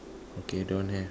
okay don't have